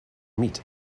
meat